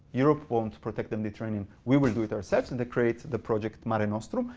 europe won't protect the mediterranean. we will do it ourselves. and they create the project mare nostrum,